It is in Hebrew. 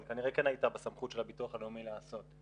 אבל כנראה כן היית בסמכות של הביטוח הלאומי לעשות.